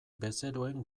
bezeroen